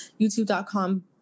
youtube.com